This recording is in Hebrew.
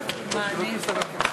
רשות הדיבור שלך.